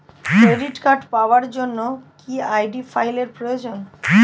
Credit card পাওয়ার জন্য কি আই.ডি ফাইল এর প্রয়োজন?